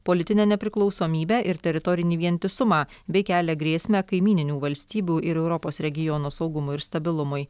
politinę nepriklausomybę ir teritorinį vientisumą bei kelia grėsmę kaimyninių valstybių ir europos regiono saugumui ir stabilumui